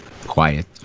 quiet